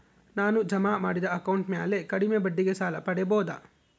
ನಾನು ಜಮಾ ಮಾಡಿದ ಅಕೌಂಟ್ ಮ್ಯಾಲೆ ಕಡಿಮೆ ಬಡ್ಡಿಗೆ ಸಾಲ ಪಡೇಬೋದಾ?